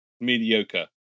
mediocre